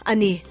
Ani